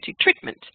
treatment